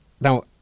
now